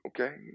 Okay